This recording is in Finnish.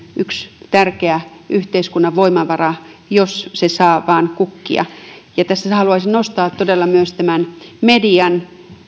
yksi tärkeä yhteiskunnan voimavara jos se saa vain kukkia tässä haluaisin nostaa todella myös tämän median